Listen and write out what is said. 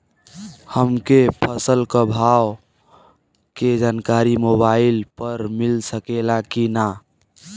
हमके फसल के भाव के जानकारी मोबाइल पर मिल सकेला की ना?